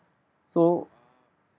so